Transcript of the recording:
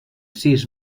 sis